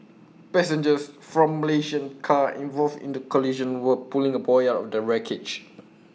passengers from Malaysian car involved in the collision were pulling A boy out of the wreckage